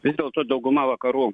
vis dėlto dauguma vakarų